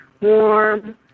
warm